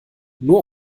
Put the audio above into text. nur